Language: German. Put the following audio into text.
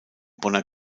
bonner